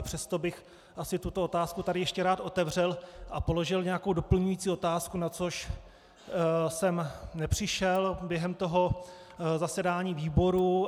Přesto bych asi tuto otázku tady ještě rád otevřel a položil nějakou doplňující otázku, na co jsem nepřišel během zasedání výboru.